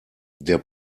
der